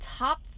top